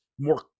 more